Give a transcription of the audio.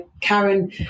Karen